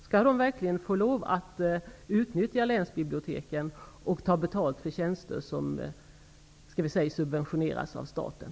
Skall de verkligen få lov att utnyttja länsbiblioteken och ta betalt för tjänster som så att säga subventioneras av staten?